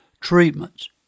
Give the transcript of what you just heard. treatments